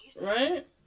Right